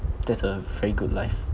that's a very good life